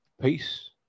Peace